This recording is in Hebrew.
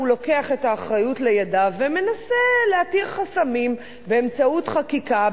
הוא לוקח את האחריות לידיו ומנסה להתיר חסמים באמצעות חקיקה,